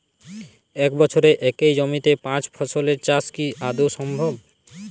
এক বছরে একই জমিতে পাঁচ ফসলের চাষ কি আদৌ সম্ভব?